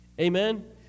Amen